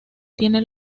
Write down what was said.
tiene